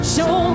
Show